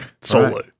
Solo